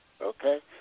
Okay